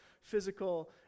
physical